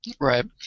Right